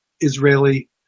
Israeli